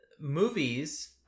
movies